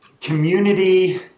community